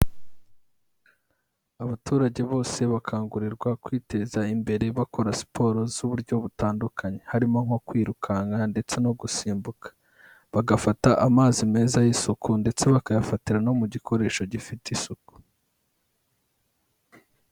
Abaturage bose bakangurirwa kwiteza imbere bakora siporo z'uburyo butandukanye, harimo nko kwirukanka ndetse no gusimbuka, bagafata amazi meza y'isuku ndetse bakayafatira no mu gikoresho gifite isuku.